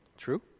true